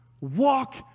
walk